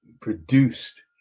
produced